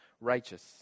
righteous